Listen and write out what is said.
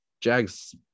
Jags